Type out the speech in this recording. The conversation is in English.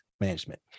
management